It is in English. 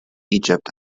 egypt